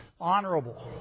honorable